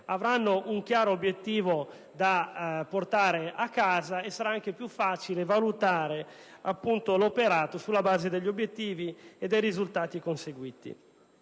avranno un chiaro obiettivo da portare a casa e sarà dunque più facile valutare l'operato sulla base degli obiettivi e dei risultati conseguiti.